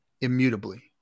immutably